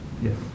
Yes